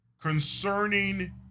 concerning